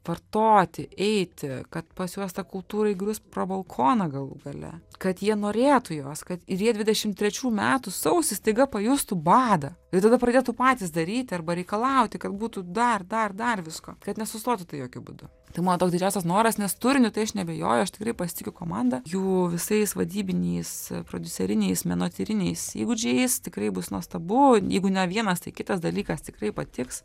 vartoti eiti kad pas juos ta kultūra įgrius pro balkoną galų gale kad jie norėtų jos kad ir jie dvidešim trečių metų sausį staiga pajustų badą ir tada pradėtų patys daryti arba reikalauti kad būtų dar dar dar visko kad nesustotų tai jokiu būdu tai mano toks didžiausias noras nes turiniu tai aš neabejoju aš tikrai pasitikiu komanda jų visais vadybiniais prodiuseriniais menotyriniais įgūdžiais tikrai bus nuostabu jeigu ne vienas tai kitas dalykas tikrai patiks